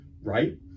right